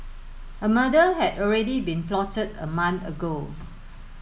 a murder had already been plotted a month ago